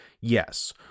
Yes